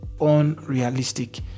unrealistic